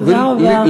תודה רבה.